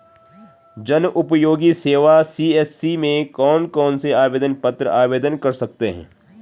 जनउपयोगी सेवा सी.एस.सी में कौन कौनसे आवेदन पत्र आवेदन कर सकते हैं?